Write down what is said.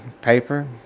paper